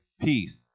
peace